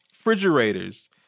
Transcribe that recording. refrigerators